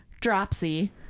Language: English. dropsy